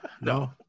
No